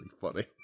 funny